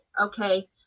okay